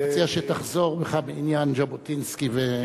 אני מציע שתחזור בך מעניין ז'בוטינסקי.